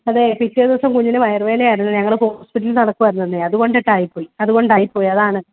അതേ പിറ്റേദിവസം കുഞ്ഞിന് വയറ് വേദനയായിരുന്നു ഞങ്ങൾ ഹോസ്പിറ്റലിൽ നടക്കുവായിരുന്നു അന്നേ അതുകൊണ്ടെട്ടായിപ്പോയി അതുകൊണ്ടായിപ്പോയി അതാണ്